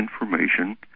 information